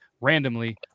randomly